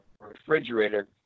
Refrigerator